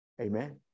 Amen